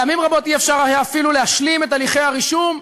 פעמים רבות לא היה אפשר אפילו להשלים את הליכי הרישום.